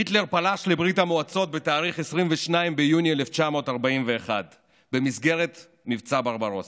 היטלר פלש לברית המועצות בתאריך 22 ביוני 1941 במסגרת מבצע ברברוסה.